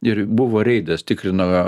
ir buvo reidas tikrino